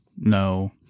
no